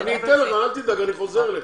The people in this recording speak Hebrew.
אני אתן לך, אל תדאג, אני חוזר אליך.